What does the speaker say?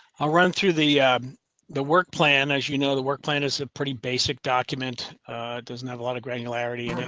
i'll run through the the work plan as, you know, the work plan is a pretty basic document doesn't have a lot of granularity,